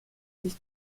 sich